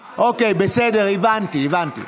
אוקיי, בסדר, הבנתי.